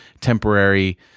temporary